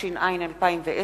התש"ע 2010,